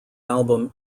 album